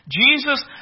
Jesus